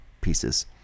pieces